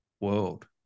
world